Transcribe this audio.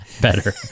Better